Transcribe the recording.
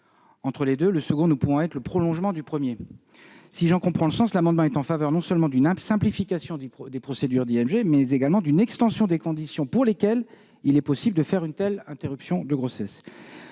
entre les deux, le second ne pouvant être le prolongement du premier. Si j'en comprends bien le sens, ces amendements sont en faveur non seulement d'une simplification des procédures d'IMG, mais également d'une extension des conditions pour lesquelles il est possible d'y avoir recours. Les évolutions proposées